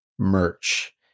merch